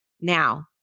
Now